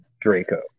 Draco